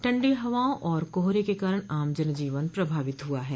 ठंडी हवाओं और कोहरे के कारण आम जन जीवन प्रभावित हुआ है